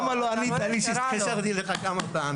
למה לא ענית לי כשהתקשרתי אליך כמה פעמים?